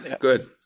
good